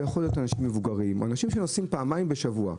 זה יכול להיות אנשים מבוגרים או אנשים שנוסעים פעמיים בשבוע.